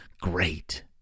great